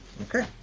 Okay